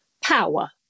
power